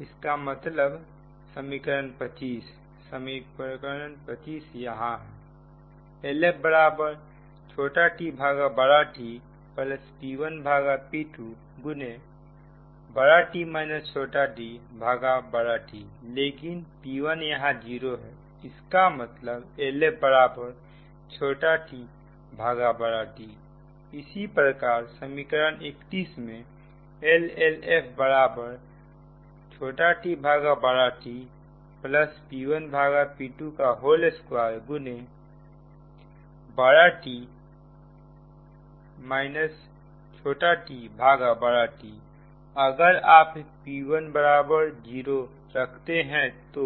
इसका मतलब समीकरण 25 समीकरण 25 यहां है LFtTp1p2XT tT लेकिन P1 यहां जीरो है इसका मतलब LF tT इसी प्रकार समीकरण 31 में LLF tTP1P22xT tT अगर आप P10 रखते हो तो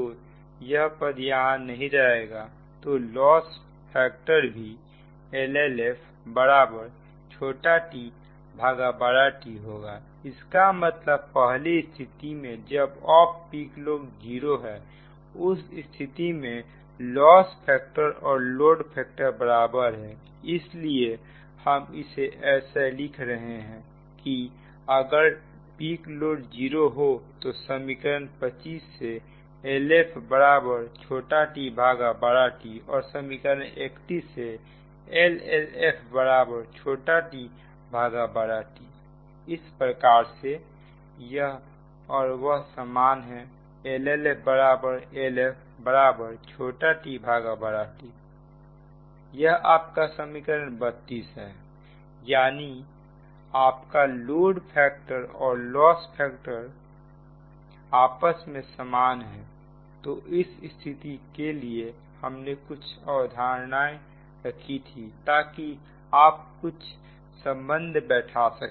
यह पद यहां नहीं होगा तो लॉस फैक्टर भी LLFtT होगा इसका मतलब पहली स्थिति में जब ऑफ पीक लोड 0 है उस स्थिति में लॉस फैक्टर और लोड फैक्टर बराबर हैइसीलिए हम इसे ऐसे लिख रहे हैं कि अगर पीक लोड जीरो हो तो समीकरण 25 से LF tT और समीकरण 31 से LLFtT इस प्रकार से यह और वह समान है LLFLFtT यह आपका समीकरण 32 है यानी आप का लोड फैक्टर और लॉस फैक्टर आपस में समान है तो इस स्थिति के लिए हमने कुछ अवधारणा रखी थी ताकि आप कुछ संबंध बैठा सकें